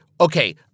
okay